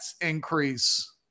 increase